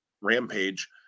rampage